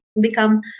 become